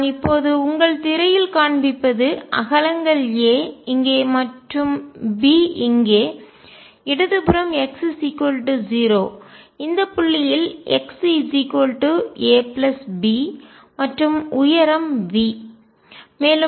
நான் இப்போது உங்கள் திரையில் காண்பிப்பது அகலங்கள் a இங்கே மற்றும் b இங்கே இடதுபுறம் x 0 இந்த புள்ளியில் x a b மற்றும் உயரம் V